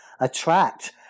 attract